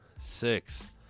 Six